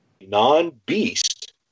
non-beast